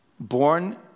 Born